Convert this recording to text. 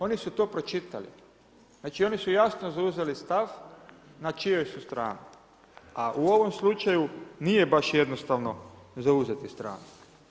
Oni su to pročitali, znači oni su jasno zauzeli stav na čijoj su strani, a u ovom slučaju nije baš jednostavno zauzeti stranu.